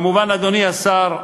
מובן, אדוני השר,